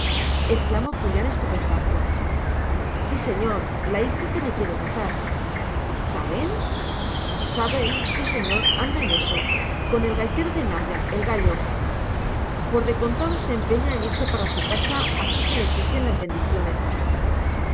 exclamó julián estupefacto sí señor la hija se me quiere casar sabel sabel sí señor anda en eso con el gaitero de naya el gallo por de contado se empeña en irse para su casa así que les echen las bendiciones